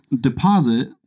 deposit